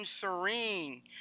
Serene